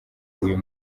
uyu